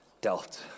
dealt